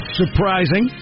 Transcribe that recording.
surprising